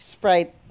Sprite